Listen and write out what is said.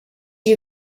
you